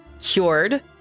cured